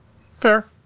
Fair